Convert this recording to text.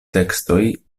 tekstoj